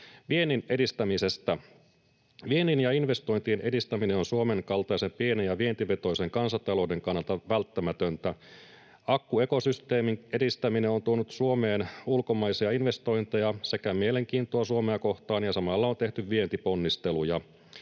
Viennin ja investointien edistäminen on Suomen kaltaisen pienen ja vientivetoisen kansantalouden kannalta välttämätöntä. Akkuekosysteemin edistäminen on tuonut Suomeen ulkomaisia investointeja sekä mielenkiintoa Suomea kohtaan, ja samalla on tehty vientiponnisteluja.